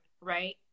right